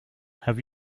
have